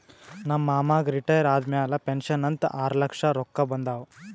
ನಮ್ ಮಾಮಾಗ್ ರಿಟೈರ್ ಆದಮ್ಯಾಲ ಪೆನ್ಷನ್ ಅಂತ್ ಆರ್ಲಕ್ಷ ರೊಕ್ಕಾ ಬಂದಾವ್